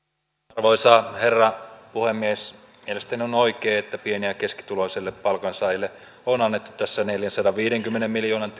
arvoisa herra puhemies mielestäni on oikein että pieni ja keskituloisille palkansaajille on annettu tässä neljänsadanviidenkymmenen miljoonan